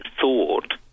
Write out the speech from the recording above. thought